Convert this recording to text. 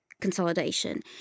consolidation